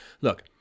look